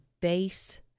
base